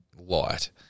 light